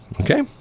Okay